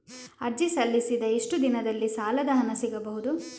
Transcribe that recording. ಅರ್ಜಿ ಸಲ್ಲಿಸಿದ ಎಷ್ಟು ದಿನದಲ್ಲಿ ಸಾಲದ ಹಣ ಸಿಗಬಹುದು?